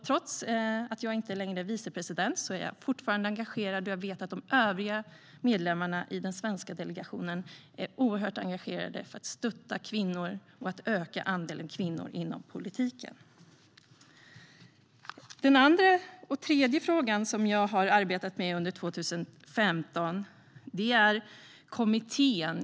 Trots att jag inte längre är vicepresident är jag fortfarande engagerad, och jag vet att de övriga medlemmarna i den svenska delegationen är oerhört engagerade för att stötta kvinnor och öka andelen kvinnor inom politiken. Den andra och tredje fråga som jag har arbetat med under 2015 gäller en kommitté.